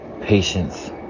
Patience